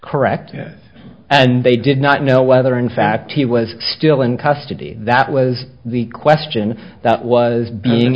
correct and they did not know whether in fact he was still in custody that was the question that was being